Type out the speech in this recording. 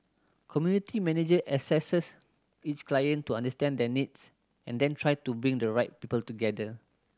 community manager assess each client to understand their needs and then try to bring the right people together